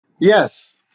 Yes